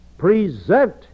Present